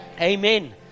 Amen